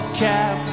cap